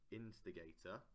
instigator